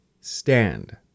stand